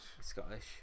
Scottish